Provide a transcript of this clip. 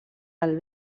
del